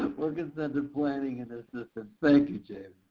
work incentive planning and assistance. thank you, jayme.